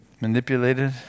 manipulated